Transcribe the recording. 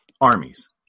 armies